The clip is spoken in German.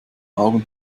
augen